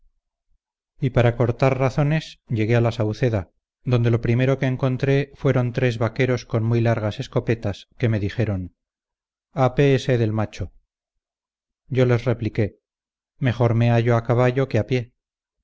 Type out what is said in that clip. y para cortar razones llegué a la sauceda donde lo primero que encontré fueron tres vaqueros con muy largas escopetas que me dijeron apéese del macho yo les repliqué mejor me hallo a caballo que a pie